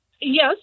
Yes